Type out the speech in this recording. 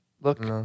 look